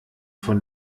von